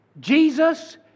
Jesus